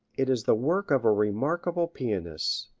it is the work of a remarkable pianist.